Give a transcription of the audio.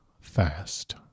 fast